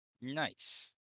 Nice